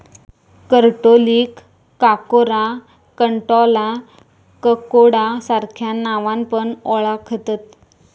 करटोलीक काकोरा, कंटॉला, ककोडा सार्ख्या नावान पण ओळाखतत